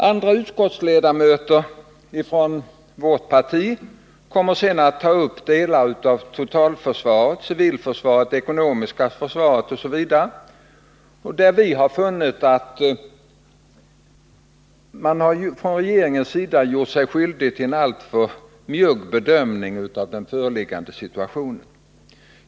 Andra utskottsledamöter från vårt parti kommer sedan att ta upp delar av totalförsvaret, civilförsvaret och det ekonomiska försvaret. Vi har där funnit att regeringen gjort sig skyldig till en alltför njugg bedömning av den föreliggande situationen.